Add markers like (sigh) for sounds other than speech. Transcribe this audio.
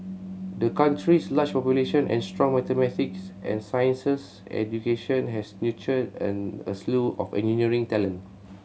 the country's large population and strong mathematics and sciences education has nurtured (hesitation) a slew of engineering talent